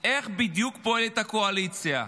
איך בדיוק פועלת הקואליציה.